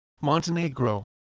Montenegro